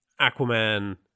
aquaman